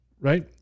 right